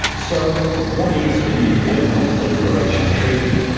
so, what is the nuclear non proliferation treaty?